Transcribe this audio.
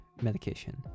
medication